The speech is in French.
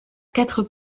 quatre